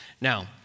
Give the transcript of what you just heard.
Now